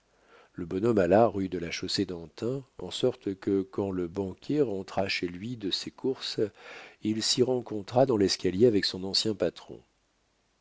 le bonhomme alla rue de la chaussée-d'antin en sorte que quand le banquier rentra chez lui de ses courses il s'y rencontra dans l'escalier avec son ancien patron